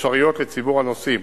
אפשריות לציבור הנוסעים.